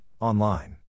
online